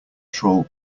troll